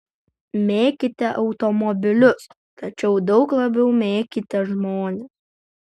mėkite automobilius tačiau daug labiau mėkite žmones